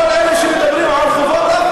כל אלה שמדברים על חובות,